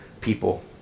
people